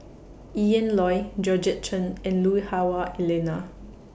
Ian Loy Georgette Chen and Lui Hah Wah Elena